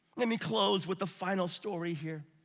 let me close with a final story here.